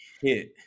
hit